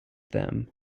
them